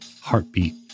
heartbeat